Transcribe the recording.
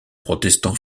protestant